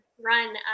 run